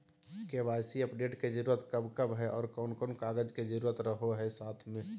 KYC update के जरूरत कब कब है और कौन कौन कागज के जरूरत रहो है साथ में?